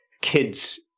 kid's